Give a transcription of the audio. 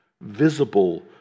visible